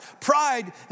Pride